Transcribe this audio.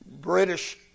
British